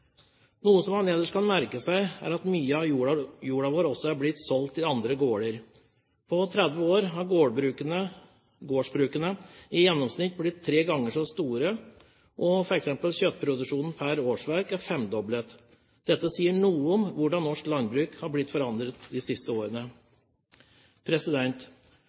kan merke seg, er at mye av jorda også er blitt solgt til andre gårder. På 30 år har gårdsbrukene i gjennomsnitt blitt tre ganger så store, og f.eks. kjøttproduksjonen per årsverk er femdoblet. Dette sier noe om hvordan norsk landbruk har blitt forandret de siste